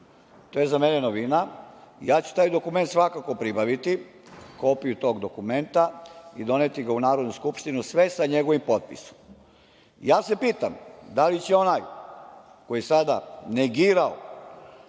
To je za mene novina. Ja ću taj dokument svakako pribaviti, kopiju tog dokumenta, i doneti ga u Narodnu skupštinu, sve sa njegovim potpisom. Ja se pitam da li će onaj koji je sada negirao